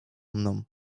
mną